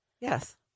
Yes